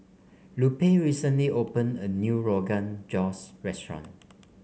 Lupe recently opened a new Rogan Josh restaurant